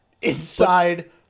inside